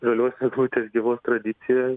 žalios eglutės gyvuos tradicijoj